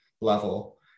level